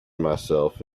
myself